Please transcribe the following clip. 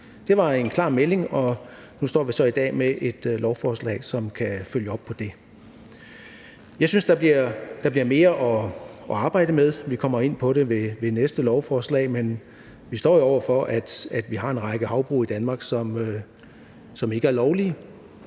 Det var en klar melding, og nu står vi så i dag med et lovforslag, som kan følge op på det. Jeg synes, der bliver mere at arbejde med – vi kommer ind på det ved næste lovforslag – men vi står jo over for, at vi har en række havbrug i Danmark, som ikke er lovlige,